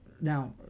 Now